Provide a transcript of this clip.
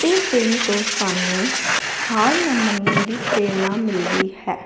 ਇਹ ਫਿਲਮ ਤੋਂ ਸਾਨੂੰ ਹਾਰ ਨਾ ਮੰਨਣ ਦੀ ਪ੍ਰੇਰਨਾ ਮਿਲਦੀ ਹੈ